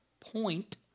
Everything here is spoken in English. point